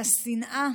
על השנאה